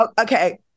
Okay